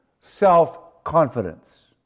self-confidence